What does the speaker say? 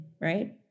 Right